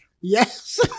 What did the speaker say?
Yes